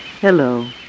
Hello